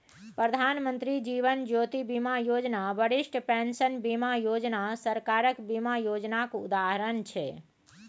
प्रधानमंत्री जीबन ज्योती बीमा योजना, बरिष्ठ पेंशन बीमा योजना सरकारक बीमा योजनाक उदाहरण छै